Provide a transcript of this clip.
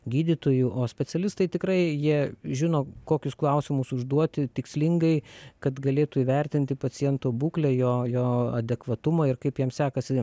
gydytoju o specialistai tikrai jie žino kokius klausimus užduoti tikslingai kad galėtų įvertinti paciento būklę jo jo adekvatumą ir kaip jam sekasi